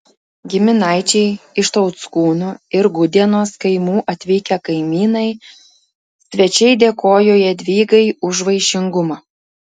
giminaičiai iš tauckūnų ir gudienos kaimų atvykę kaimynai svečiai dėkojo jadvygai už vaišingumą